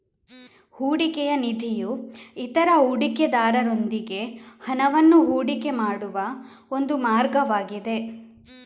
ಹೂಡಿಕೆಯ ನಿಧಿಯು ಇತರ ಹೂಡಿಕೆದಾರರೊಂದಿಗೆ ಹಣವನ್ನು ಹೂಡಿಕೆ ಮಾಡುವ ಒಂದು ಮಾರ್ಗವಾಗಿದೆ